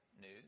news